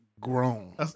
grown